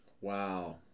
Wow